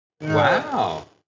Wow